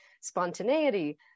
spontaneity